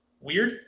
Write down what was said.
weird